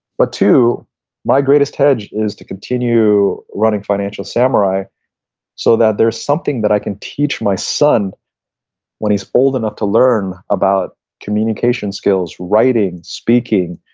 but too my greatest hedge is to continue running financial samurai so that there is something that i can teach my son when he is old enough to learn about communication skills, writing, speaking,